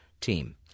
team